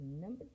number